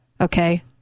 Okay